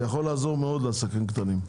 יכול לעזור מאוד לעסקים קטנים.